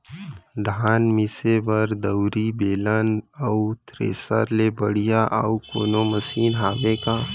धान मिसे बर दउरी, बेलन अऊ थ्रेसर ले बढ़िया अऊ कोनो मशीन हावे का?